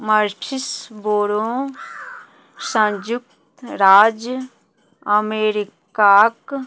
मर्थीस बोरो संयुक्त राज अमेरिकाक